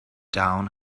down